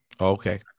Okay